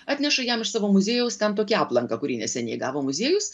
atneša jam iš savo muziejaus ten tokį aplanką kurį neseniai gavo muziejus